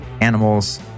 animals